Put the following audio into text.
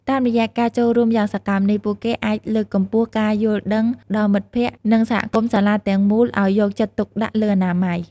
តាមរយៈការចូលរួមយ៉ាងសកម្មនេះ ពួកគេអាចលើកកម្ពស់ការយល់ដឹងដល់មិត្តភក្តិ និងសហគមន៍សាលាទាំងមូលឲ្យយកចិត្តទុកដាក់លើអនាម័យ។